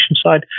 side